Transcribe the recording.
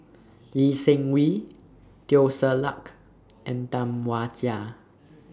Lee Seng Wee Teo Ser Luck and Tam Wai Jia